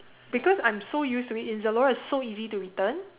because I'm so used to it because Zalora is so easy to return